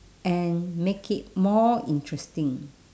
and make it more interesting